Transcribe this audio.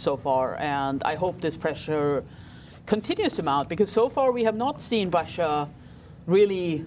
so far and i hope this pressure continues to mount because so far we have not seen by show really